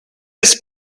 his